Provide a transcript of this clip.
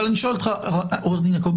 אבל אני שואל אותך עורך דין יעקבי,